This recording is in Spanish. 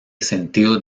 sentido